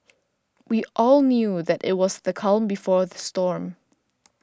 we all knew that it was the calm before the storm